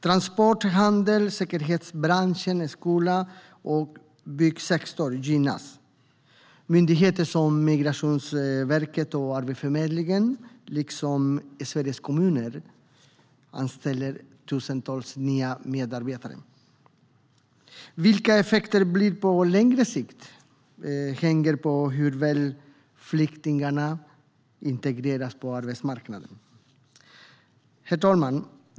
Transporterna, handeln, säkerhetsbranschen, skolan och byggsektorn gynnas. Myndigheter som Migrationsverket och Arbetsförmedlingen liksom Sveriges kommuner anställer tusentals nya medarbetare. Vilka effekterna blir på längre sikt hänger på hur väl flyktingarna integreras på arbetsmarknaden.